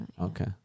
Okay